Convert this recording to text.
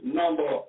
number